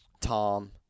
Tom